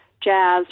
jazz